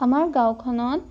আমাৰ গাঁওখনত